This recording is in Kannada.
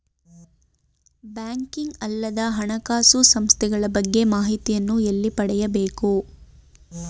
ಬ್ಯಾಂಕಿಂಗ್ ಅಲ್ಲದ ಹಣಕಾಸು ಸಂಸ್ಥೆಗಳ ಬಗ್ಗೆ ಮಾಹಿತಿಯನ್ನು ಎಲ್ಲಿ ಪಡೆಯಬೇಕು?